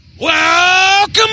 Welcome